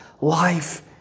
life